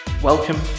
Welcome